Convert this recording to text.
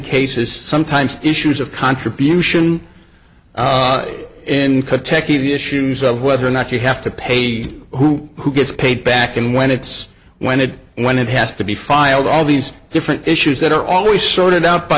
cases sometimes issues of contribution in the issues of whether or not you have to pay who gets paid back and when it's when it when it has to be filed all these different issues that are always sorted out by